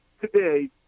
today